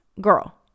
girl